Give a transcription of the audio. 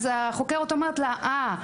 החוקרת אומרת לה: אה,